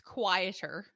quieter